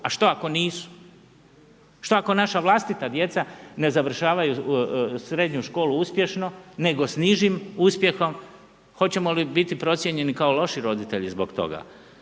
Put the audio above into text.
A što ako nisu? Što ako naša vlastita djeca ne završavaju srednju školu uspješno nego s nižim uspjehom? Hoćemo li biti procijenjeni kao loši roditelji zbog toga?